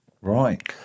Right